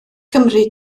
gymri